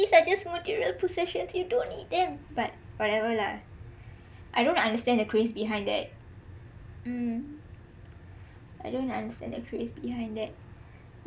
these are just material possessions you don't need them but whatever lah I don't understand the craze behind that mm I don't understand the craze behind that